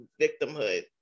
victimhood